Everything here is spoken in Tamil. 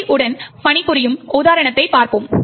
GOT உடன் பணிபுரியும் உதாரணத்தைப் பார்ப்போம்